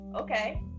Okay